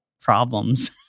problems